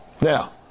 Now